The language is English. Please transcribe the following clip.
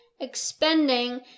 expending